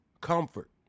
comfort